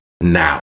now